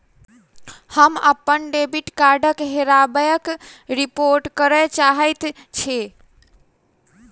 हम अप्पन डेबिट कार्डक हेराबयक रिपोर्ट करय चाहइत छि